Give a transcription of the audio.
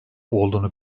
olduğunu